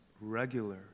regular